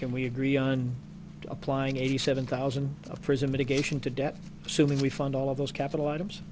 can we agree on applying eighty seven thousand of prison mitigation to death assuming we fund all of those capital items